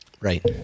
Right